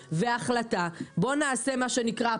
הצעה והחלטה בוא נעשה מה שנקרא פאוזה.